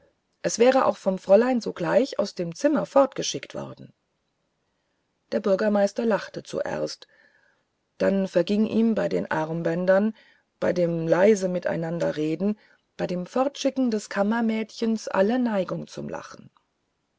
es wäre auch vom fräulein sogleich aus dem zimmer fortgeschickt worden der bürgermeister lachte zuerst dann verging ihm bei den armbändern bei dem leisemiteinanderreden bei dem fortschicken des kammermädchens alle neigung zum lachen